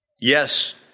Yes